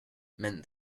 meant